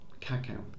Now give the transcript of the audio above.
Cacao